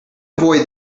avoid